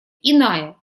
иная